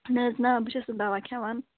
نہَ حظ نہَ بہٕ چھَس نہٕ دَوا کھٮ۪وان